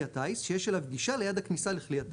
הטיס שיש אליו גישה ליד הכניסה לכלי הטיס,